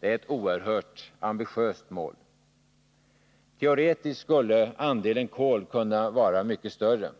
Det är ett oerhört ambitiöst mål. Teoretiskt skulle andelen kol kunna vara mycket större.